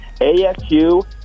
ASU